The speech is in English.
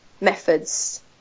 methods